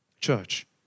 Church